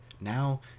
Now